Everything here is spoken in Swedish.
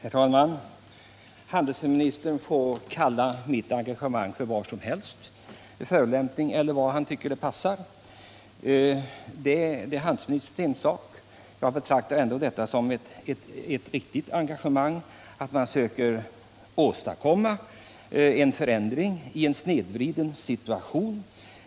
Herr talman! Handelsministern får kalla mitt engagemang för vad som helst, för en förolämpning eller vad han tycker passar. Det är hans ensak. Jag betraktar det ändå som ett riktigt engagemang, om man söker åstadkomma en förändring i en snedvriden situation.